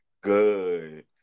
Good